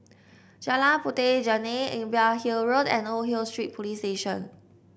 Jalan Puteh Jerneh Imbiah Hill Road and Old Hill Street Police Station